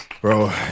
Bro